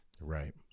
right